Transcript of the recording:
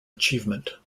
achievement